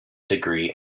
degree